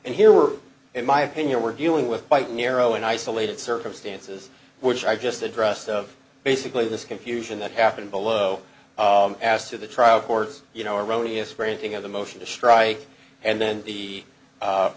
and here we're in my opinion we're dealing with quite narrow and isolated circumstances which are just addressed of basically this confusion that happened below as to the trial courts you know erroneous phrasing of the motion to strike and then the